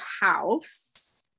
house